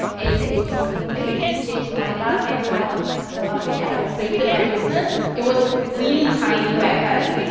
and you completely changed my life, and how um i operated my business. it was really tiny back then,